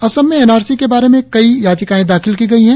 असम में N R C के बारे में कइ याचिकाएं दाखिल कि गई हैं